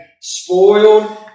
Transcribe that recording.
spoiled